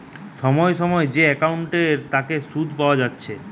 সময় সময় যে একাউন্টের তাকে সুধ পাওয়া যাইতেছে